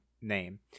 name